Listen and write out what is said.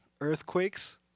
earthquakes